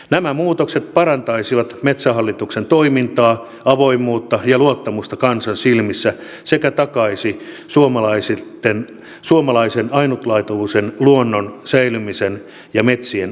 nämä muutokset parantaisivat metsähallituksen toimintaa avoimuutta ja luottamusta kansan silmissä sekä takaisivat suomalaisen ainutlaatuisen luonnon säilymisen ja metsien kestävän käytön